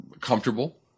comfortable